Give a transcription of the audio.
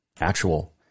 actual